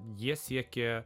jie siekia